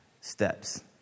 steps